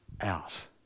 out